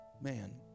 Man